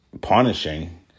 punishing